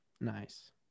Nice